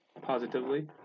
Positively